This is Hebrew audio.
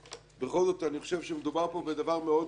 בכל זאת אני חושב שמדובר פה בדבר מאוד רגיש.